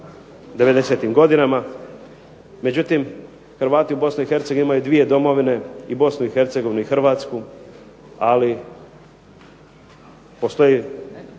'90-im godinama, međutim Hrvati u BiH imaju 2 domovine. I BiH i Hrvatsku. Ali, postoji